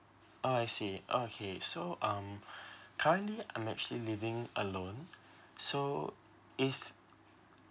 oh I see okay so um currently I'm actually living alone so if